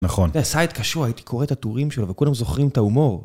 נכון. אתה יודע סייד קשוע, הייתי קורא את התורים שלו וכולם זוכרים את ההומור.